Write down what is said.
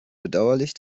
bedauerlich